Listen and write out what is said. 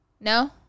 No